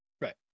Right